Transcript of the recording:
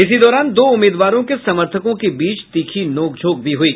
इसी दौरान दो उम्मीदवारों के समर्थकों के बीच तीखी नोकझोंक हुई